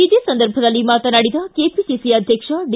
ಇದೇ ಸಂದರ್ಭದಲ್ಲಿ ಮಾತನಾಡಿದ ಕೆಪಿಸಿಸಿ ಅಧ್ಯಕ್ಷ ಡಿ